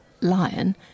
lion